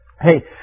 Hey